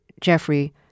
Jeffrey